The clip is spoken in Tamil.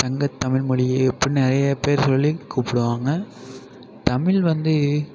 சங்கத்தமிழ் மொழியே அப்புடின்னு நிறைய பேர் சொல்லி கூப்பிடுவாங்க தமிழ் வந்து